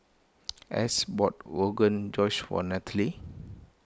Estes bought Rogan Josh one Nallely